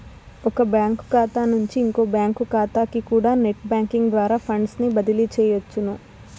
ఒక బ్యాంకు కాతా నుంచి ఇంకో బ్యాంకు కాతాకికూడా నెట్ బ్యేంకింగ్ ద్వారా ఫండ్సుని బదిలీ సెయ్యొచ్చును